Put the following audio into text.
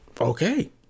Okay